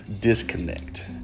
disconnect